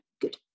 good